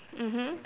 mmhmm